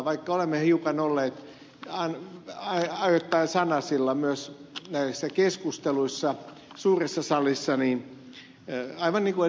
vaikka olemme ajoittain hiukan olleet sanasilla myös näissä keskusteluissa suuressa salissa niin aivan niin kuin ed